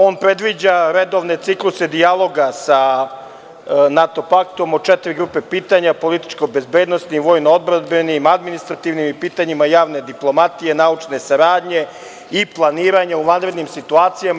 On predviđa redovne cikluse dijaloga sa NATO paktom u četiri grupe pitanja, političko-bezbednosnim, vojno-odbrambenim, administrativnim i pitanjima javne diplomatije, naučne saradnje i planiranja u vanrednim situacijama.